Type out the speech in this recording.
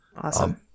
Awesome